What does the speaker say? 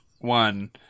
one